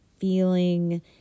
feeling